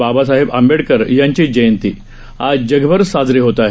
बाबासाहेब आबेडकर यांची जयंती जगभर साजरी होत आहे